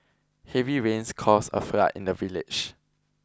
heavy rains caused a flood in the village